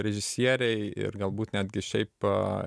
režisieriai ir galbūt netgi šiaip a